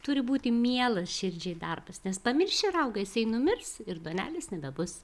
turi būti mielas širdžiai darbas nes pamirši raugą jisai numirs ir duonelės nebebus